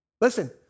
Listen